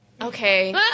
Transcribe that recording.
Okay